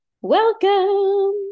Welcome